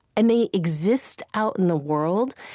and they exist out in the world,